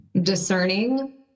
discerning